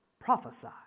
Prophesy